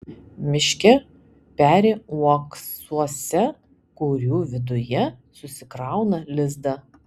miške peri uoksuose kurių viduje susikrauna lizdą